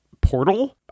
portal